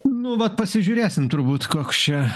nu vat pasižiūrėsim turbūt koks čia